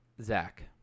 zach